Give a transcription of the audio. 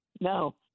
No